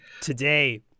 Today